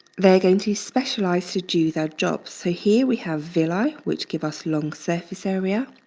they're going to specialize to do their jobs so here we have villi which give us long surface area.